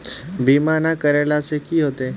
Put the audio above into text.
बीमा ना करेला से की होते?